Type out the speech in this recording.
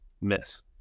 miss